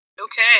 Okay